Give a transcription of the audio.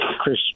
Chris